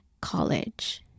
college